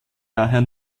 daher